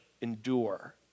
endure